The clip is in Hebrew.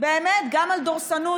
גם על דורסנות.